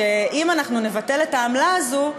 שאם אנחנו נבטל את העמלה הזאת,